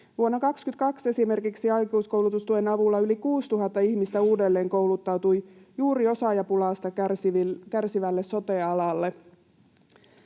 vuonna 22 aikuiskoulutustuen avulla yli 6 000 ihmistä uudelleenkouluttautui juuri osaajapulasta kärsivälle sote-alalle.